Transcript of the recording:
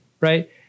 right